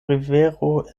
rivero